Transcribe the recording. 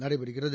நடைபெறுகிறது